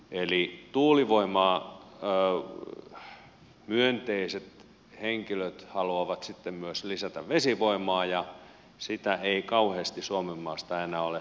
eli tuulivoimaan myönteisesti suhtautuvat henkilöt haluavat sitten myös lisätä vesivoimaa ja sitä ei kauheasti suomenmaasta enää ole saatavilla